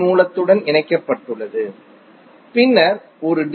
மூலத்துடன் இணைக்கப்பட்டுள்ளது பின்னர் ஒரு டி